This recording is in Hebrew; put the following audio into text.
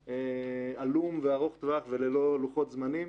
עלום וארוך טווח וללא לוחות זמנים.